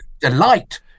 delight